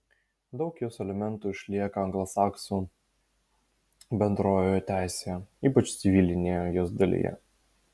daug jos elementų išlieka anglosaksų bendrojoje teisėje ypač civilinėje jos dalyje